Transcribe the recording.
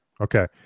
Okay